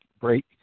break